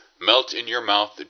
melt-in-your-mouth